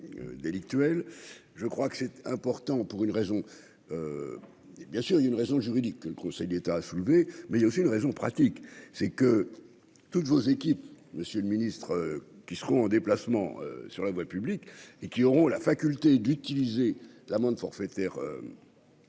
délictuelle, je crois que c'est important pour une raison bien sûr, il y a une raison juridique que le Conseil d'État a soulevé, mais il y a aussi une raison pratique, c'est que toutes vos équipes, monsieur le ministre, qui seront en déplacement sur la voie publique et qui auront la faculté d'utiliser l'amende forfaitaire.